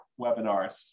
webinars